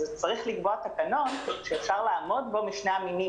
אז צריך לקבוע תקנון שאפשר לעמוד בו על ידי בני שני המינים